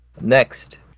next